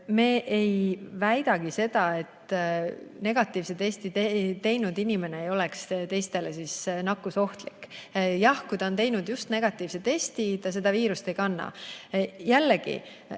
Me ei väidagi seda, et negatiivse testi teinud inimene on teistele nakkusohtlik. Jah, kui ta on teinud just negatiivse testi, ta viirust ei kanna. Jällegi,